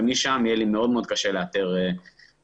ומשם יהיה לי מאוד מאוד קשה לאתר ארובות.